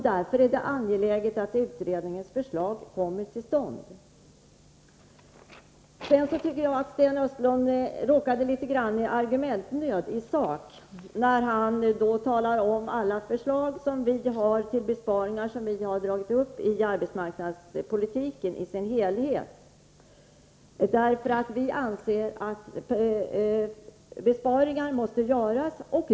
Därför är det angeläget att utredningens förslag förverkligas. Sten Östlund råkade litet grand i argumentnöd i sak. Han drog upp alla förslag till besparingar som vi har väckt när det gäller arbetsmarknadspolitiken i sin helhet. Vi anser att besparingar måste göras.